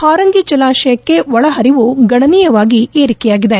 ಹಾರಂಗಿ ಜಲಾಶಯಕ್ಕೆ ಒಳಹರಿವು ಗಣನೀಯವಾಗಿ ಏರಿಕೆಯಾಗಿದೆ